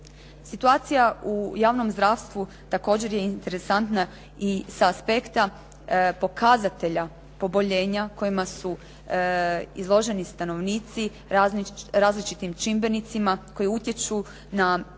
Situacija u javnom zdravstvu također je interesantna i sa aspekta pokazatelja poboljenja kojima su izloženi stanovnici različitim čimbenicima koji utječu na poboljenja,